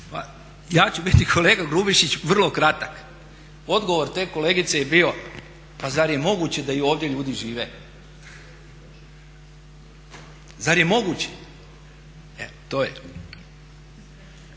Ja ću biti kolega Grubišić vrlo kratak. Odgovor te kolegice je bio pa zar je moguće da i ovdje ljudi žive. Zar je moguće? Evo to